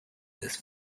this